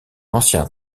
ancien